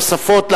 נוספות,